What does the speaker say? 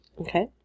Okay